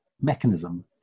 mechanism